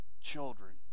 children